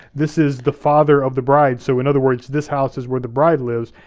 this is the father of the bride. so in other words, this house is where the bride lives.